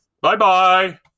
Bye-bye